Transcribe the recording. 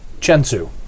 Chensu